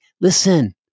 listen